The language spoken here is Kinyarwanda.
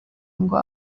ngo